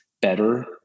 better